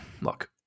look